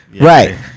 Right